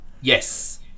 Yes